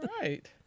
right